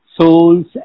souls